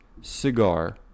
cigar